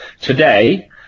today